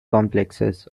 complexes